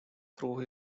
through